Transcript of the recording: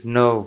no